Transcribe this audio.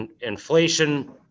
inflation